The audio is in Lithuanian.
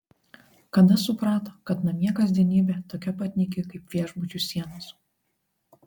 kada suprato kad namie kasdienybė tokia pat nyki kaip viešbučių sienos